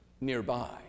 nearby